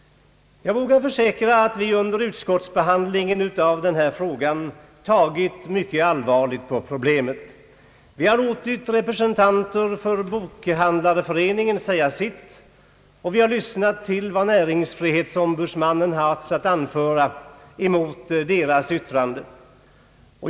Jag vågar försäkra att vi under utskottsbehandlingen av denna fråga har tagit mycket allvarligt på problemet. Vi har låtit representanter för Bokhandlareföreningen säga sitt, och vi har lyssnat till vad näringsfrihetsombudsmannen haft att anföra mot deras yttrande.